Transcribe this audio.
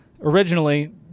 Originally